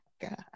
god